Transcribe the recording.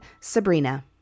Sabrina